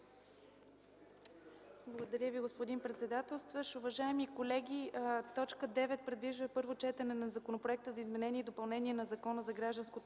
Благодаря Ви, господин председател.